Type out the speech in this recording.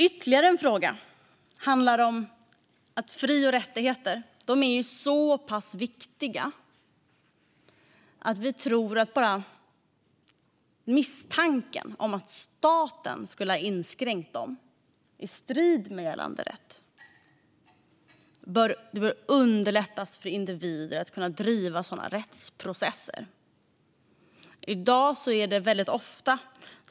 Ytterligare en fråga handlar om att fri och rättigheter är så pass viktiga att bara misstanken om att staten skulle ha inskränkt dem i strid med gällande rätt är allvarlig. Det bör underlättas för individer att kunna driva rättsprocesser om detta.